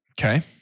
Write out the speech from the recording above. Okay